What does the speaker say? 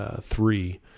three